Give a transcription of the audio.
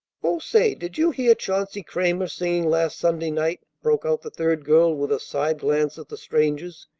oh, say! did you hear chauncey cramer singing last sunday night? broke out the third girl with a side glance at the strangers.